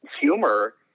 humor